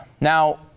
Now